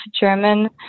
German